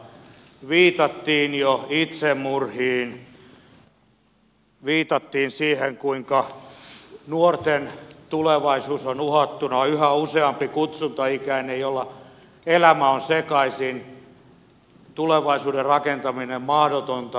viitattiin jo itsemurhiin viitattiin siihen kuinka nuorten tulevaisuus on uhattuna yhä useammalla kutsuntaikäisellä elämä on sekaisin tulevaisuuden rakentaminen mahdotonta